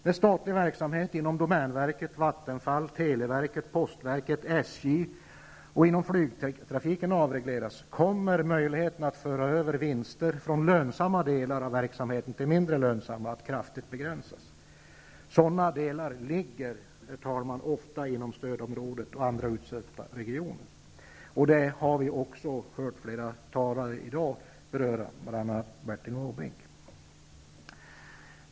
När statlig verksamhet inom domänverket, Vattenfall, televerket, postverket, SJ och flygtrafiken avregleras, kommer möjligheten att föra över vinster från lönsamma delar av verksamheten till mindre lönsamma att kraftigt begränsas. Sådana delar ligger ofta inom stödområdet och andra utsatta regioner. Det har också flera talare i dag berört, bl.a. Bertil Måbrink.